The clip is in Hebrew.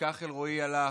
וכך אלרועי הלך,